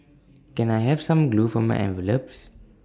can I have some glue for my envelopes